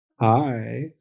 Hi